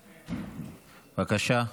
בבקשה,